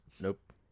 Nope